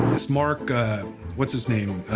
this mark what's his name?